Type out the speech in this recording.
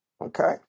okay